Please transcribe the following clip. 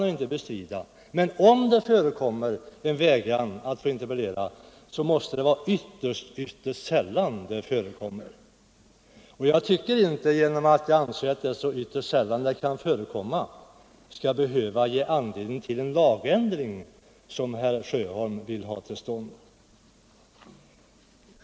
Om någon förvägrats att interpellera, så måste det ha inträffat mycket sällan. Därför anser jag inte att det är berättigat med en lagändring, som herr Sjöholm vill ha till stånd.